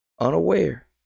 Unaware